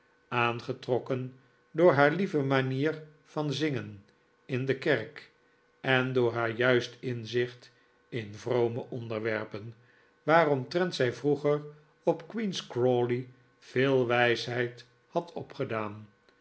aangetrokken door haar lieve manier van zingen in de kerk en door haar juist inzicht in vrome onderwerpen waaromtrent zij vroeger op queen's crawley veel wijsheid had opgedaan